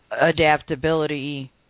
adaptability